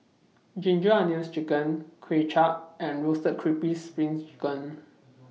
Ginger Onions Chicken Kuay Chap and Roasted Crispy SPRING Chicken